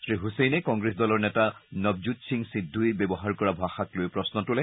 শ্ৰীছছেইনে কংগ্ৰেছ দলৰ নেতা নব্জোৎ সিং সিদ্ধুই ব্যৱহাৰ কৰা ভাষাক লৈও প্ৰশ্ন তোলে